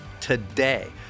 today